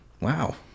Wow